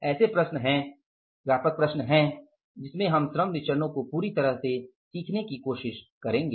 इसलिए अगले प्रश्न में अब जो तीसरा सबसे व्यापक प्रश्न है हम श्रम विचरणो को पूरी तरह से सीखने की कोशिश करेंगे